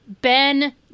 Ben